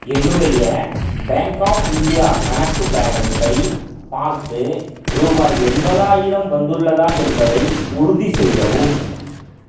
என்னுடைய bank of India கணக்கு பேலன்ஸை பார்த்து ரூபாய் எண்பதாயிரம் வந்துள்ளதா என்பதை உறுதி செய்யவும்